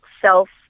self